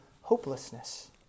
hopelessness